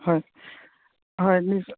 হয় হয় নিশ্চ